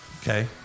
Okay